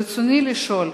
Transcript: ברצוני לשאול: